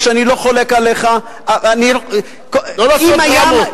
היושב-ראש, אני לא חולק עליך, לא לעשות דרמות.